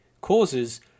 causes